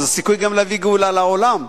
זה סיכוי גם להביא גאולה לעולם.